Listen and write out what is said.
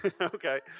Okay